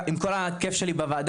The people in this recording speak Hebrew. עם כל הכיף שלי בוועדה,